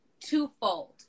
twofold